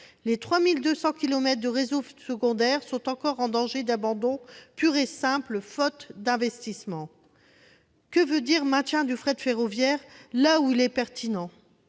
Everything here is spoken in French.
Les 3 200 kilomètres de réseau secondaire sont encore en danger d'abandon pur et simple, faute d'investissements. Que veut dire l'expression « maintien du fret ferroviaire là où il est pertinent »